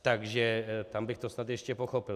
Takže tam bych to snad ještě pochopil.